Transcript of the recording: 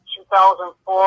2004